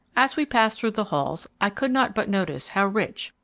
as we passed through the halls, i could not but notice how rich,